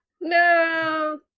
No